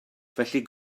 felly